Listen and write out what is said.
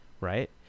right